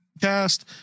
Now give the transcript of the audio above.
cast